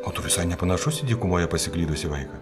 o tu visai nepanašus į dykumoje pasiklydusį vaiką